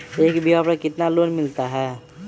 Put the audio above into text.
एक बीघा पर कितना लोन मिलता है?